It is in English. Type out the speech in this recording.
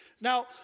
Now